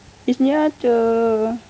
it's near to